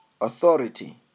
authority